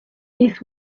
this